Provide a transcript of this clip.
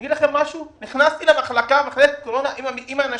אני אגיד לכם משהו: נכנסתי למחלקת קורונה עם אנשים,